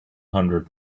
hundred